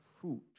fruit